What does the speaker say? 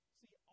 see